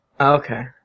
Okay